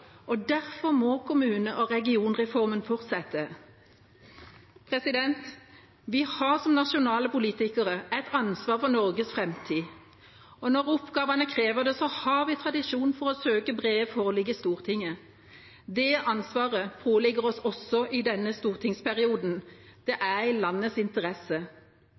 og derfor må kommune- og regionreformen fortsette. Vi har som nasjonale politikere et ansvar for Norges framtid. Når oppgavene krever det, har vi tradisjon for å søke brede forlik i Stortinget. Det ansvaret påligger oss også i denne stortingsperioden. Det er i landets interesse.